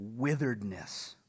witheredness